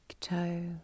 toe